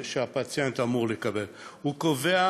מה שהפציינט אמור לקבל, הוא קובע